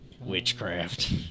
Witchcraft